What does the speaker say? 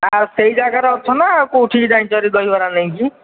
ଆଉ ସେହି ଯାଗାରେ ଅଛ ନା ଆଉ କେଉଁଠି କି ଯାଇଛ ଭାରି ଦହିବରା ନେଇକି